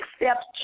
accept